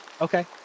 Okay